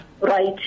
right